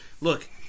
Look